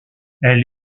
elle